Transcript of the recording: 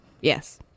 Yes